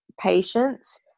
patience